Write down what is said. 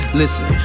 listen